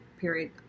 period